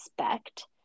expect